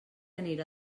anirà